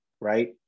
right